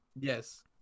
Yes